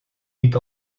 niet